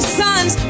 sons